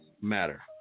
matter